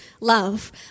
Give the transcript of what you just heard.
love